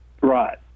Right